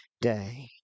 day